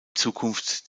zukunft